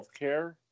healthcare